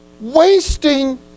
wasting